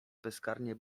bezkarnie